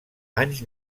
anys